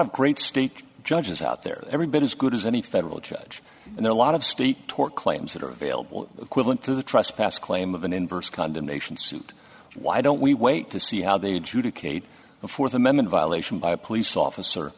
of great state judges out there every bit as good as any federal judge and there are a lot of street tort claims that are available equivalent to the trespass claim of an inverse condemnation suit why don't we wait to see how they do to kate before the moment violation by a police officer